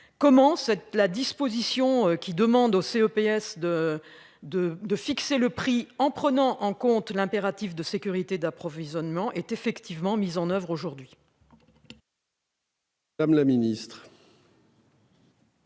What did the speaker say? Comment cette la disposition qui demande au c'est au PS de de de fixer le prix en prenant en compte l'impératif de sécurité d'approvisionnement est effectivement mis en oeuvre aujourd'hui.